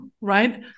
right